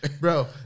bro